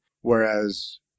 Whereas